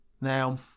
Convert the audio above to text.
Now